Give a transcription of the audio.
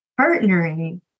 partnering